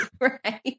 right